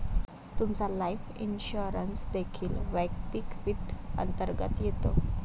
तुमचा life insurance देखील वैयक्तिक वित्त अंतर्गत येतो